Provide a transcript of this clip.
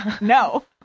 no